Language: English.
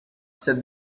said